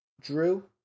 Drew